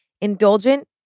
Indulgent